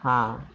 ಹಾಂ